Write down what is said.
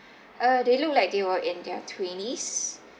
uh they look like they were in their twenties